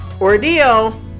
ordeal